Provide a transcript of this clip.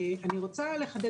אני רוצה לחדד,